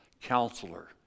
Counselor